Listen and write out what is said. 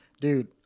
dude